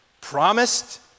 promised